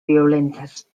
violentes